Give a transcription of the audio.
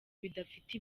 bidafite